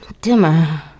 dimmer